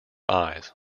eyes